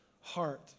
heart